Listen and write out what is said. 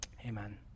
Amen